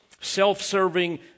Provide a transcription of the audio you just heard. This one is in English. self-serving